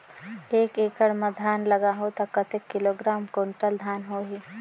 एक एकड़ मां धान लगाहु ता कतेक किलोग्राम कुंटल धान होही?